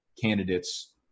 candidates